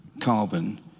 carbon